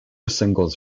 singles